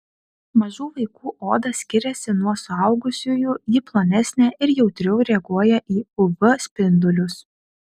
mažų vaikų oda skiriasi nuo suaugusiųjų ji plonesnė ir jautriau reaguoja į uv spindulius